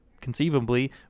conceivably